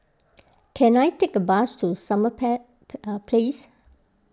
can I take a bus to Summer Place